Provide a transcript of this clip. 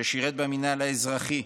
ששירת במינהל האזרחי,